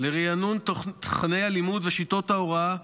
לריענון תוכני הלימוד ושיטות ההוראה,